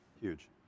huge